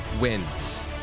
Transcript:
wins